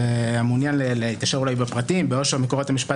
והמעוניין להתעשר אולי בפרטים בעושר מקורות המשפט